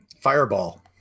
Fireball